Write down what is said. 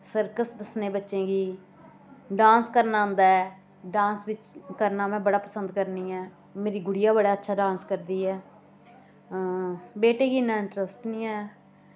circus दस्सने बच्चें गी डांस करना आंदा ऐ डांस करना में बड़ा पसंद करनी ऐ मेरी गुड़िया बड़ा अच्छा डांस करदी ऐ बेटे गी इ'न्ना इंटरस्ट निं ऐ